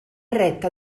retta